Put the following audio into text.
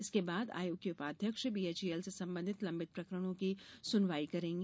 इसके बाद आयोग की उपाध्यक्ष बीएचईएल से संबंधित लंबित प्रकरणों की सुनवाई करेंगी